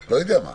או משהו כזה.